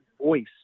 voice